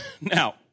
Now